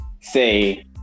say